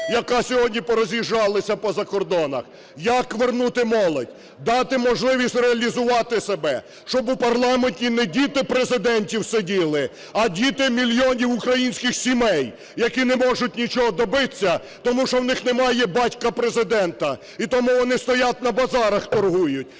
яка сьогодні пороз'їжджалась по закордонах. Як вернути молодь? Дати можливість реалізувати себе, щоб у парламенті не діти президентів сиділи, а діти мільйонів українських сімей, які не можуть нічого добитися, тому що в них немає батька-президента. І тому вони стоять на базарах торгують